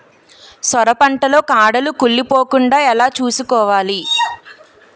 సొర పంట లో కాడలు కుళ్ళి పోకుండా ఎలా చూసుకోవాలి?